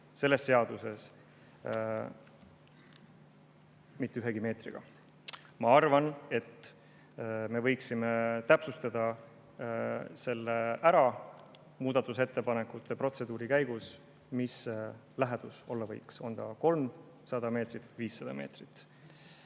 selles seaduses mitte ühegi meetriga. Ma arvan, et me võiksime täpsustada muudatusettepanekute protseduuri käigus, mis see lähedus olla võiks, on see 300 meetrit või 500 meetrit.